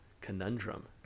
conundrum